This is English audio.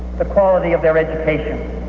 the quality of their education,